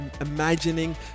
imagining